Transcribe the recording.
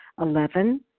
Eleven